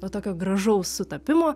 nuo tokio gražaus sutapimo